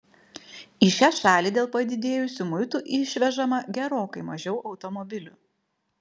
į šią šalį dėl padidėjusių muitų išvežama gerokai mažiau automobilių